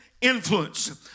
influence